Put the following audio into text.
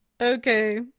okay